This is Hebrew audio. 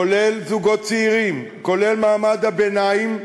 כולל זוגות צעירים, כולל מעמד הביניים,